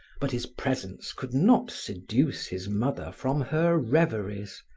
but his presence could not seduce his mother from her reveries.